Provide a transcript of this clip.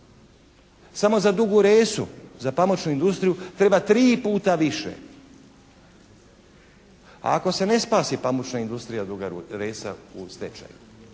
Samo za Dugu Resu, za pamučnu industriju treba 3 puta više. A ako se ne spasi pamučna industrija Duga Resa u stečaju,